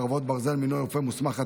חרבות ברזל) (מינוי רופא מוסמך),